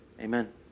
Amen